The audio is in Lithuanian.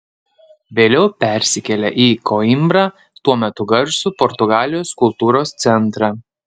vėliau persikėlė į koimbrą tuo metu garsų portugalijos kultūros centrą